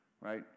right